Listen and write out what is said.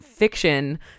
fiction